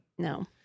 No